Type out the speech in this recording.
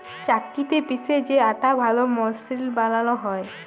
চাক্কিতে পিসে যে আটা ভাল মসৃল বালাল হ্যয়